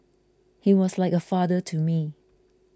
he was like a father to me